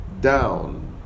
down